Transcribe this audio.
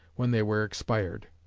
when they were expired.